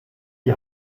die